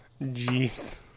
Jeez